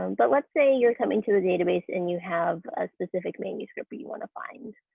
um but let's say you're coming to the database and you have a specific manuscript but you want to find.